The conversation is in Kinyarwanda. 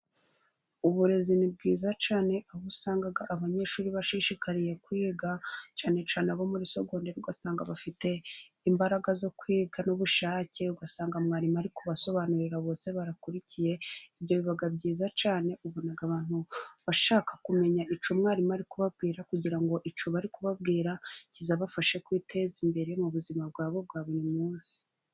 Uburezi ni bwiza cyane. Aho usanga abanyeshuri bashishikariye kwiga, cyane cyane abo muri segonderi. Usanga bafite imbaraga zo kwiga n'ubushake. Usanga mwarimu ari kubasobanurira bose, bakurikiye ibyo biga. Biba byiza cyane, ubona abantu bashaka kumenya icyo mwarimu ari kubabwira , kugira ngo icyo ari kubabwira kizabafashe kwiteza imbere, mu buzima bwabo bwa buri munsi.